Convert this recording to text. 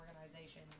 organization